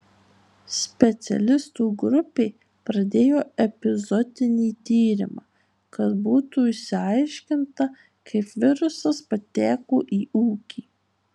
specialistų grupė pradėjo epizootinį tyrimą kad būtų išsiaiškinta kaip virusas pateko į ūkį